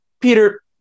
peter